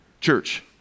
church